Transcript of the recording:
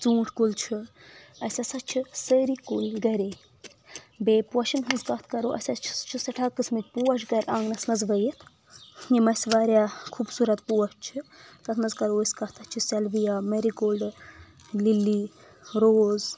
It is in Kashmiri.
ژوٗنٹھ کُل چھُ اسہِ ہسا چھِ سٲری کُلۍ گرے بیٚیہِ پوشن ہٕنٛز کتھ کرو اسہِ ہسا چھِ چھِ سٮ۪ٹھاہ قٕسمٕکۍ پوش گرِ آنگنس منٛز ؤیِتھ یِم اسہِ واریاہ خوٗبصوٗرت پوش چھِ تتھ منٛز کرو أسۍ کتھ اسہِ چھِ سیلویا میری گولڈٕ لِلی روز